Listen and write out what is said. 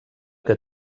que